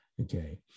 Okay